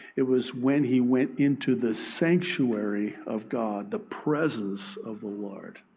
it was when he went into the sanctuary of god, the presence of the lord.